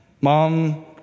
mom